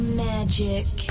magic